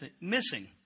missing